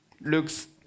Looks